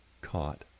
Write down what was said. caught